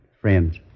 Friends